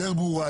יותר ברורה,